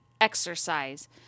exercise